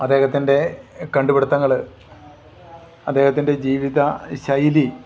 അദ്ദേഹത്തിൻ്റെ കണ്ടുപിടുത്തങ്ങൾ അദ്ദേഹത്തിൻ്റെ ജീവിതശൈലി